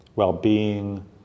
well-being